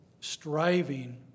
striving